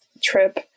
trip